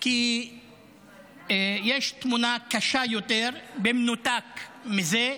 כי יש תמונה קשה יותר מזה, במנותק מזה,